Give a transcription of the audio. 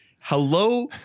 Hello